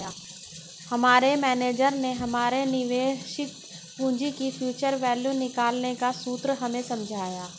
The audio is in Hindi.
हमारे मेनेजर ने हमारे निवेशित पूंजी की फ्यूचर वैल्यू निकालने का सूत्र हमें समझाया